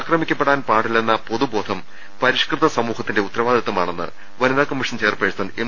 ആക്രമിക്ക പ്പെടാൻ പാടില്ലെന്ന പൊതുബോധം പരിഷ്കൃത സമൂഹത്തിന്റെ ഉത്തരവാദിത്വമാണെന്ന് വനിതാ കമ്മീഷൻ ചെയർ പേഴ്സൺ എം